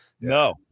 no